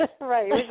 Right